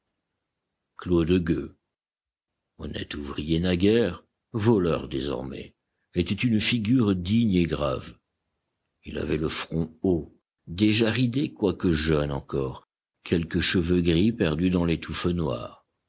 claude gueux honnête ouvrier naguère voleur désormais était une figure digne et grave il avait le front haut déjà ridé quoique jeune encore quelques cheveux gris perdus dans les touffes